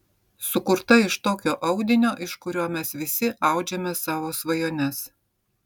sukurta iš tokio audinio iš kurio mes visi audžiame savo svajones